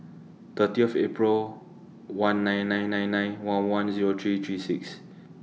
thirtieth April one nine nine nine nine one one Zero three three six